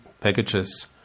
packages